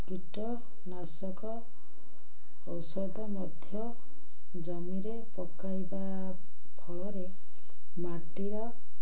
କୀଟ କୀଟନାଶକ ଔଷଧ ମଧ୍ୟ ଜମିରେ ପକାଇବା ଫଳରେ ମାଟିର